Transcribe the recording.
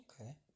Okay